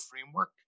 framework